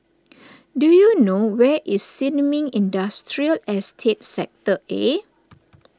do you know where is Sin Ming Industrial Estate Sector A